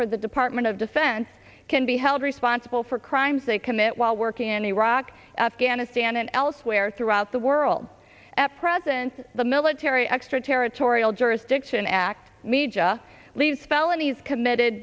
for the department of defense can be held responsible for crimes they commit while working in iraq afghanistan and elsewhere throughout the world at present the military extraterritorial jurisdiction act media leaves felonies committed